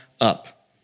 up